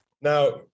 Now